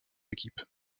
équipe